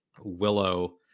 willow